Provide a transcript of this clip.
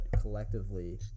collectively